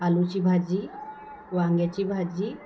आलूची भाजी वांग्याची भाजी